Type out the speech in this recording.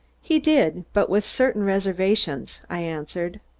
he did, but with certain reservations, i answered.